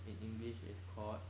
in english is called